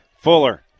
Fuller